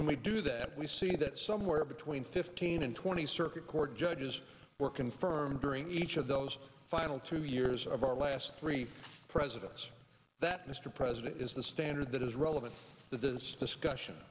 when we do that we see that somewhere between fifteen and twenty circuit court judges were confirmed during each of those final two years of our last three presidents that mr president is the standard that is relevant that does discussion